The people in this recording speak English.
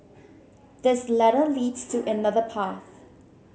this ladder leads to another path